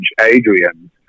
Adrian